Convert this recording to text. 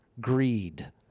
greed